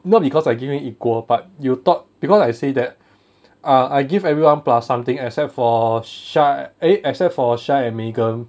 not because I giving equal but you thought because I say that uh I give everyone plus something except for shah a except for shah and megan